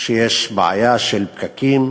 שיש בעיה של פקקים,